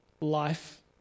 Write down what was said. life